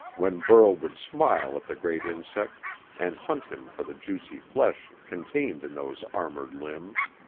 when burl would smile at the great insect and hunt him for the juicy flesh contained in those armoured limbs.